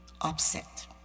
upset